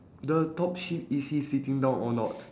the top sheep is he sitting down or not